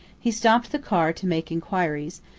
he stopped the car to make inquiries,